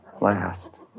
last